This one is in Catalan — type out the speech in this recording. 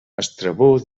estrabó